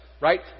Right